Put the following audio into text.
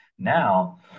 Now